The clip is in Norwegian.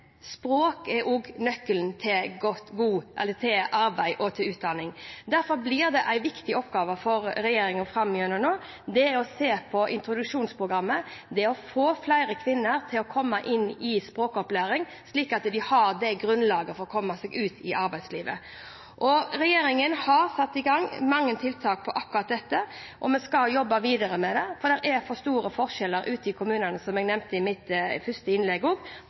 språk er også nøkkelen til arbeid og utdanning. Derfor blir en viktig oppgave for regjeringen framover nå å se på introduksjonsprogrammet og få flere kvinner inn på språkopplæring, slik at de har det grunnlaget for å komme seg ut i arbeidslivet. Regjeringen har satt i gang mange tiltak når det gjelder akkurat dette, og vi skal jobbe videre med det. For det er for store forskjeller ute i kommunene, som jeg nevnte i mitt første innlegg, på norskopplæringen, og